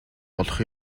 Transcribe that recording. болох